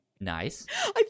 Nice